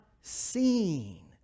seen